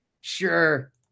Sure